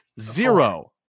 Zero